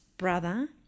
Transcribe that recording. brother